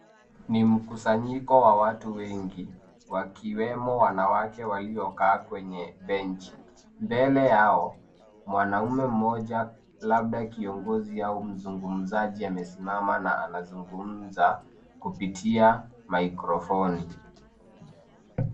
Ni mkusanyiko wa watu wengi, wakiwemo wanawake waliokaa kwenye benchi. Mbele yao, mwanaume mmoja, labda kiongozi au mzungumzaji, amesimama na anazungumza kupitia mikrofoni.